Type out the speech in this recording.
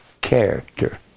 character